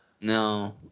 No